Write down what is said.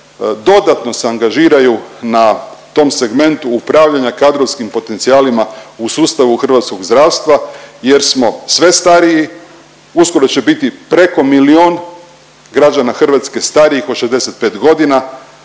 dodatno se angažiraju na tom segmentu upravljanja kadrovskim potencijalima u sustavu hrvatskog zdravstva, jer smo sve stariji, uskoro će biti preko milijun građana Hrvatske starijih od 65 godina,